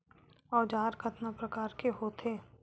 औजार कतना प्रकार के होथे?